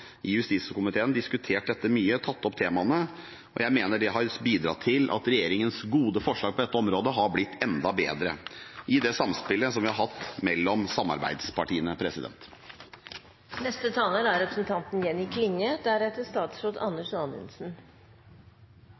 diskutert dette mye i justiskomiteen, tatt opp temaene. Jeg mener det har bidratt til at regjeringens gode forslag på dette området har blitt enda bedre – gjennom samspillet